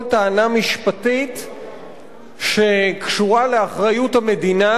טענה משפטית שקשורה לאחריות המדינה.